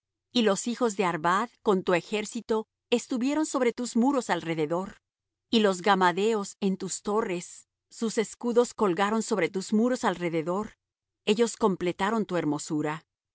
y los hijos de arvad con tu ejército estuvieron sobre tus muros alrededor y los gammadeos en tus torres sus escudos colgaron sobre tus muros alrededor ellos completaron tu hermosura